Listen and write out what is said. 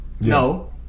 No